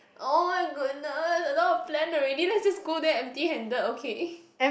oh my goodness I don't want plan already lets just go there empty handed okay